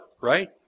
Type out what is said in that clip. right